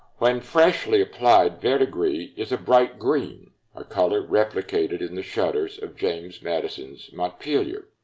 when freshly applied, verdigris is a bright green, a color replicated in the shutters of james madison's montpelier.